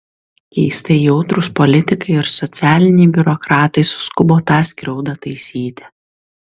keistai jautrūs politikai ir socialiniai biurokratai suskubo tą skriaudą taisyti